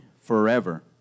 forever